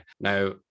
Now